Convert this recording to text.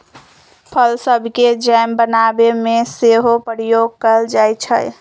फल सभके जैम बनाबे में सेहो प्रयोग कएल जाइ छइ